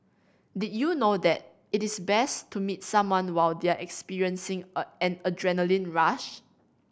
did you know that it is best to meet someone while they are experiencing a an adrenaline rush